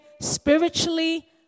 spiritually